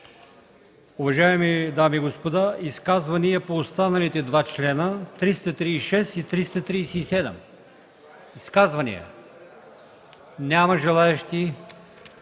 Уважаеми дами и господа, изказвания по останалите два члена – 336 и 337? Няма желаещи.